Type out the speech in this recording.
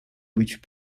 which